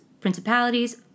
principalities